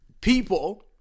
people